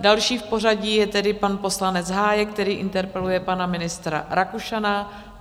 Další v pořadí je tedy pan poslanec Hájek, který interpeluje pana ministra Rakušana.